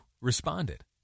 responded